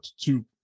two